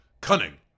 cunning